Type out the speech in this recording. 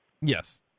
Yes